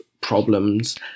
problems